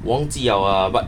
我忘记 liao ah